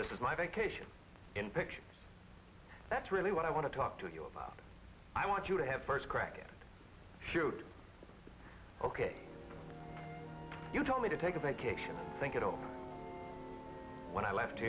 this is my vacation in picture that's really what i want to talk to you about i want you to have first crack at ok you told me to take a vacation think it over when i left